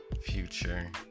future